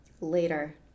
Later